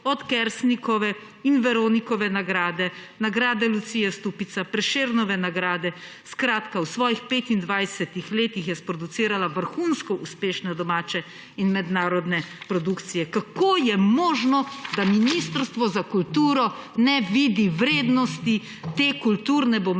od Kersnikove in Veronikine nagrade, nagrade Lucije Stupica, Prešernove nagrade. Skratka, v svojih 25-ih letih je sproducirala vrhunsko uspešne domače in mednarodne produkcije. Kako je možno, da Ministrstvo za kulturo ne vidi vrednosti te kulturne, bom